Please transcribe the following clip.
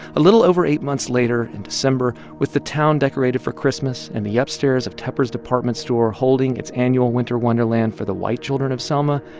a little over eight months later in december with the town decorated for christmas and the upstairs of tepper's department store holding its annual winter wonderland for the white children of selma,